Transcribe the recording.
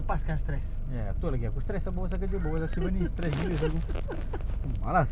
tiba-tiba yang bikin aku terfikirlah adam tu dia bilang tapi apa kacau dia balik